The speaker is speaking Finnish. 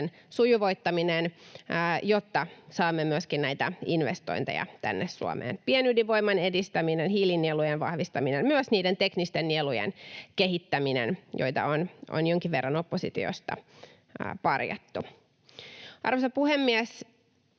sujuvoittaminen, jotta saamme myöskin investointeja tänne Suomeen, pienydinvoiman edistäminen, hiilinielujen vahvistaminen, myös niiden teknisten nielujen kehittäminen, joita on jonkin verran oppositiosta parjattu. Arvoisa puhemies!